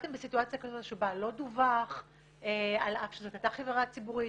נתקלתם בסיטואציה כזו שבה לא דווח על אף שזאת הייתה חברה ציבורית,